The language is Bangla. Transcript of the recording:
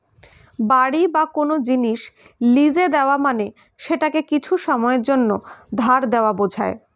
বাড়ি বা কোন জিনিস লীজে দেওয়া মানে সেটাকে কিছু সময়ের জন্যে ধার দেওয়া বোঝায়